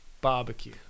barbecue